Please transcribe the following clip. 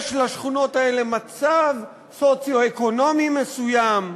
בשכונות האלה יש מצב סוציו-אקונומי מסוים,